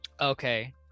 okay